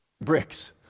bricks